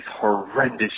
horrendous